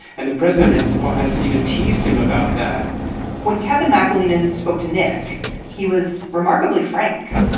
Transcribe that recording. and the president has or has even teased him about that when kevin maclennan spoke to nick he was remarkably frank.